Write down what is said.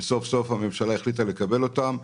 וסוף סוף הממשלה החליטה לקבל אותם.